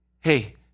Hey